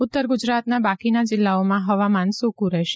ઉત્તર ગુજરાતના બાકીના જિલ્લાઓમાં હવામાન સૂક્રં રહેશે